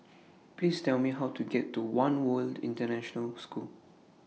Please Tell Me How to get to one World International School